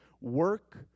work